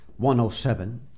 107